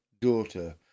daughter